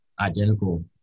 identical